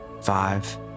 five